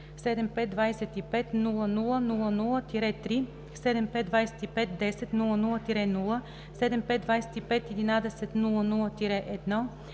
75250000-3, 75251000-0, 75251100-1,